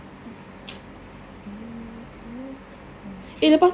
baby you tells off my dream